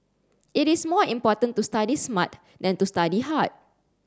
it is more important to study smart than to study hard